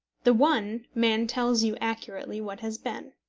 the one man tells you accurately what has been.